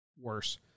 worse